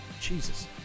Jesus